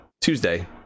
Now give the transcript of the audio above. Tuesday